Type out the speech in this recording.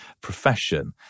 profession